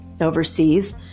overseas